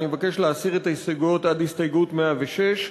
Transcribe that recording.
אני מבקש להסיר את ההסתייגויות עד הסתייגות 106,